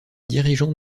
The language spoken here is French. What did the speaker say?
dirigeants